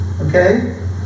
Okay